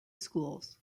schools